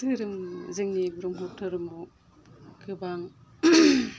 धोरोम जोंनि ब्रह्म धोरोमाव गोबां